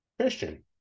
Christian